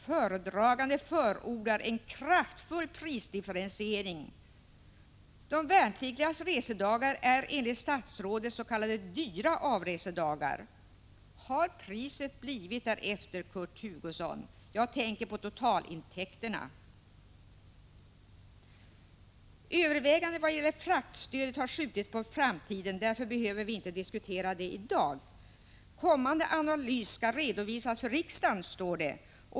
Föredraganden förordar en ”kraftfull prisdifferentiering”. De värnpliktigas resedagar är enligt statsrådet s.k. dyra avresedagar. Har priset blivit därefter, Kurt Hugosson? Jag tänker på totalintäkterna. Övervägandena vad gäller fraktstödet har skjutits på framtiden. Därför behöver vi inte diskutera det i dag. Kommande analys skall redovisas för riksdagen, står det.